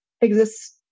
exists